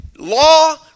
Law